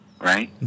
right